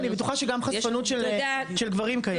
אני בטוחה שגם חשפנות של גברים קיימת.